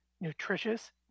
nutritious